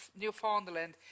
Newfoundland